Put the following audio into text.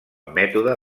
mètode